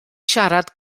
siarad